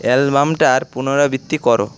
অ্যালাবামটার পুনরাবৃত্তি করো